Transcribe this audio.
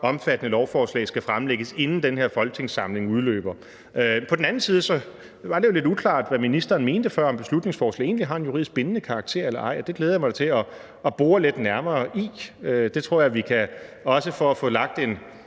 omfattende lovforslag skal fremsættes, inden den her folketingssamling udløber. På den anden side var det jo lidt uklart, hvad ministeren mente før, altså om beslutningsforslag egentlig har en juridisk bindende karakter eller ej, og det glæder jeg mig da til at bore lidt nærmere i. Det tror jeg – også for at få lagt en